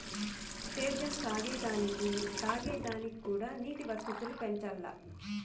సేద్యం సాగే దానికి తాగే దానిక్కూడా నీటి వసతులు పెంచాల్ల